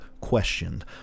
questioned